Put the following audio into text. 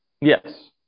Yes